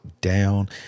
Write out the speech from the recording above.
down